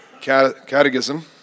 Catechism